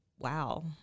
wow